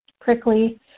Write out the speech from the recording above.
prickly